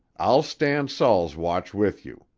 i'll stand saul's watch with you,